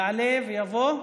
יעלה ויבוא.